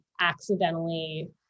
accidentally